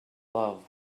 love